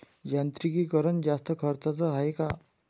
यांत्रिकीकरण जास्त खर्चाचं हाये का?